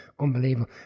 unbelievable